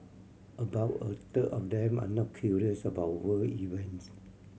about a third of them are not curious about world events